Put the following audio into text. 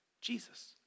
Jesus